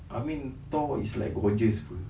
I mean thor is like gorgeous apa